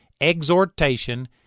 exhortation